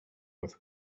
with